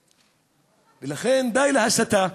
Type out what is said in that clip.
לכן, די להסתה.